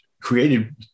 created